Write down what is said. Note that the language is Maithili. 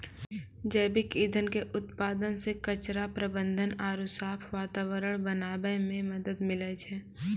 जैविक ईंधन के उत्पादन से कचरा प्रबंधन आरु साफ वातावरण बनाबै मे मदत मिलै छै